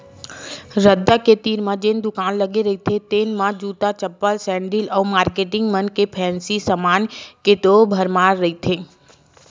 रद्दा के तीर म जेन दुकान लगे रहिथे तेन म जूता, चप्पल, सेंडिल अउ मारकेटिंग मन के फेंसी समान के तो भरमार रहिथे